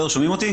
ליאור?